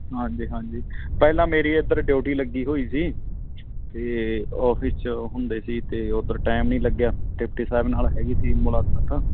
ਹਾਂਜੀ ਹਾਂਜੀ ਪਹਿਲਾਂ ਮੇਰੀ ਇੱਧਰ ਡਿਊਟੀ ਲੱਗੀ ਹੋਈ ਸੀ ਅਤੇ ਔਫਿਸ 'ਚ ਹੁੰਦੇ ਸੀ ਤਾਂ ਉੱਧਰ ਟਾਈਮ ਨਹੀਂ ਲੱਗਿਆ ਡਿਪਟੀ ਸਾਹਿਬ ਨਾਲ ਹੈਗੀ ਸੀ ਮੁਲਾਕਾਤ